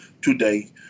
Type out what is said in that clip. today